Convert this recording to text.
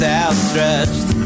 outstretched